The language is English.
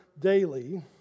daily